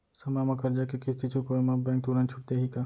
समय म करजा के किस्ती चुकोय म बैंक तुरंत छूट देहि का?